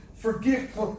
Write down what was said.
Forgive